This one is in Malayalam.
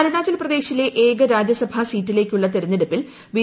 ആരു്ൺാചൽപ്രദേശിലെ ഏക രാജ്യസഭാ സീറ്റിലേക്കുള്ള തിരുട്ടങ്ങ്ടുപ്പിൽ ബി